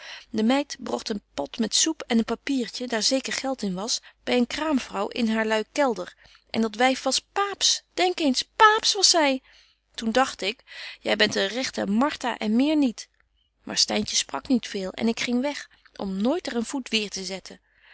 de meid brogt een pot met soep en een papiertje daar zeker geld in was by een kraamvrouw in haarlui kelder en dat wyf was paaps denk eens paaps was zy toen dagt ik jy bent een regte martha en meer niet maar styntje sprak niet veel en ik ging weg om nooit er een voet weêr te zetten